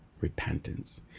repentance